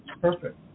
Perfect